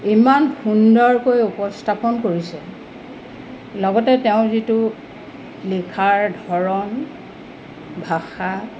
ইমান সুন্দৰকৈ উপস্থাপন কৰিছে লগতে তেওঁ যিটো লিখাৰ ধৰণ ভাষা